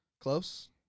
Close